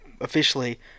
officially